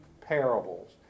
parables